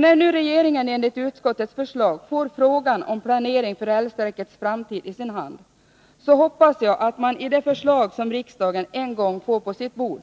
När nu regeringen, enligt utskottets förslag, får frågan om planering för rälsverkets framtid i sin hand, hoppas jag att man i det förslag som riksdagen en gång får på sitt bord